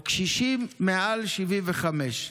או על קשישים מעל גיל 75?